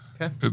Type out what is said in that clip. Okay